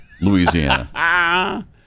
Louisiana